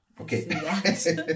okay